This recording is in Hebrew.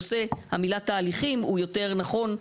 המילה "תהליכים" הוא יותר נכון,